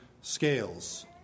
scales